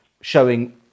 showing